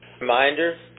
Reminder